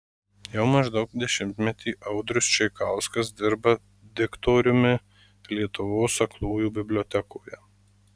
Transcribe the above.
jau maždaug dešimtmetį audrius čeikauskas dirba diktoriumi lietuvos aklųjų bibliotekoje